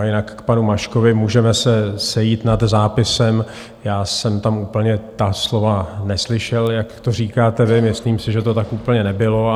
Jinak k panu Maškovi, můžeme se sejít nad zápisem, já jsem tam úplně ta slova neslyšel, jak to říkáte vy, myslím si, že to tak úplně nebylo.